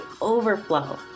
overflow